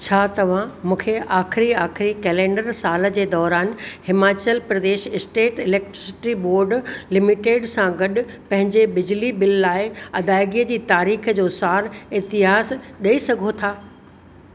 छा तव्हां मूंखे आख़िरीं आख़िरीं कैलेंडर साल जे दौरानु Himachal Pradesh state electricity board limited सां गडु॒ पंहिंजे बिजली बिल लाइ अदाएगीअ जी तारीख़ जो सार इतिहास ॾेई सघो था